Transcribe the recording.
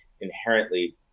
inherently